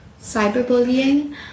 cyberbullying